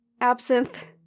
absinthe